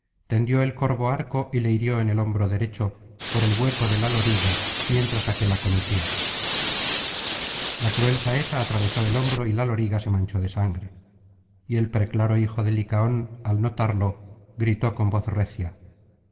tendió el corvo arco y le hirió en el hombro derecho por el hueco de la loriga mientras aquél acometía la cruel saeta atravesó el hombro y la loriga se manchó de sangre y el preclaro hijo de licaón al notarlo gritó con voz recia